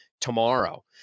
tomorrow